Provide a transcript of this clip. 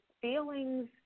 feelings